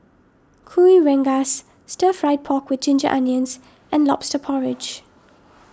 Kuih Rengas Stir Fried Pork with Ginger Onions and Lobster Porridge